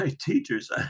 teachers